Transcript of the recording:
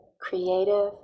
creative